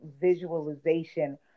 visualization